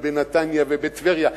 ובנתניה ובטבריה.